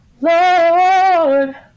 Lord